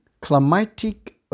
climatic